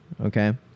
okay